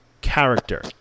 character